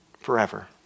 forever